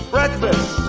Breakfast